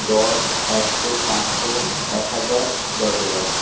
দশ একশো পাঁচশো এক হাজার দশ হাজার